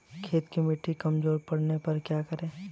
खेत की मिटी कमजोर पड़ने पर क्या करें?